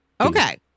Okay